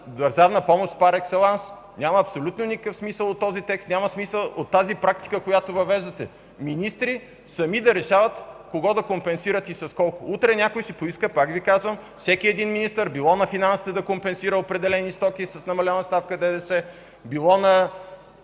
държавна помощ парекселанс. Няма абсолютно никакъв смисъл от този текст. Няма смисъл от тази практика, която въвеждате – министри сами да решават кого да компенсират и с колко. Утре някой ще поиска, пак Ви казвам – всеки един министър, било на финансите да компенсира определени стоки с намалена ставка на ДДС, било